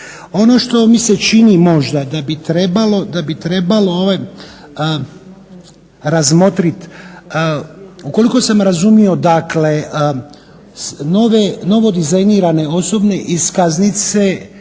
Ono što mi se čini možda da bi trebalo razmotriti koliko sam razumio dakle novo dizajnirane osobne iskaznice